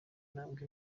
ntambwe